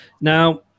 now